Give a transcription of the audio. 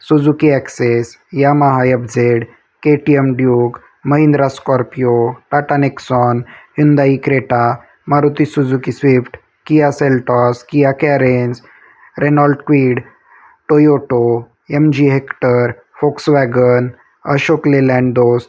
Suzuki Access Yamaha F Z K T M Duke Mahindra Scorpio Tata Nexon Hyundai Creta Maruti Suzuki Swift Kia Seltos Kia Carens Renault Kwid Toyota M G Hector Volkswagen Ashok लेलँडोस